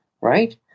right